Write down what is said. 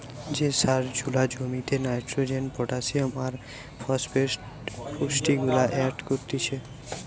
যে সার জুলা জমিতে নাইট্রোজেন, পটাসিয়াম আর ফসফেট পুষ্টিগুলা এড করতিছে